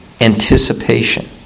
anticipation